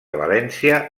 valència